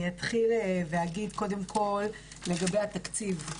אני אתחיל ואגיד קודם כל לגבי התקציב.